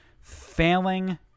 failing